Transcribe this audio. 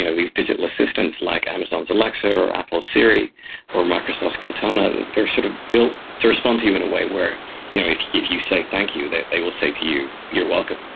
you know these digital assistants like amazon's alexa or apple's siri or microsoft's cortana, they are sort of built to respond to you in a way where you know if if you say thank you they they will say to you you're welcome.